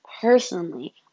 personally